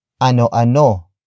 Ano-ano